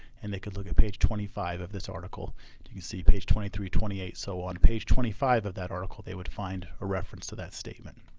and they could look at page twenty five of this article you see page twenty three twenty eight so on page twenty five, of that article they would find a reference to that statement.